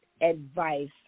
advice